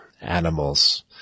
animals